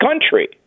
country